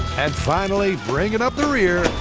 finally, bringing up the rear.